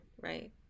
right